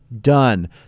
done